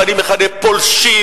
ואני מכנה פולשים,